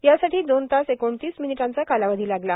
यासाठी दोन तास एकोणतीस मिनिटांचा अवधी लागला